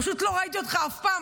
פשוט לא ראיתי אותך אף פעם.